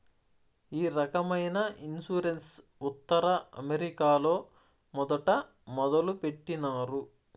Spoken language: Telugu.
ఈ రకమైన ఇన్సూరెన్స్ ఉత్తర అమెరికాలో మొదట మొదలుపెట్టినారు